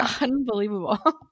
unbelievable